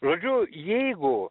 žodžiu jeigu